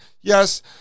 Yes